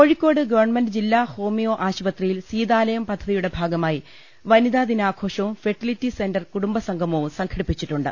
Kozhikode government ജില്ലാ homeo ആശുപത്രിയിൽ സീതാലയം പദ്ധതിയുടെ ഭാഗമായി വനിതാ ദിനാഘോഷവും ഫെർട്ടി ലിറ്റി സെന്റർ കുടുംബ സംഗമവും സംഘടിപ്പിച്ചിട്ടുണ്ട്